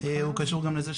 הוא קשור גם לזה,